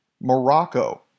Morocco